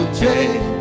change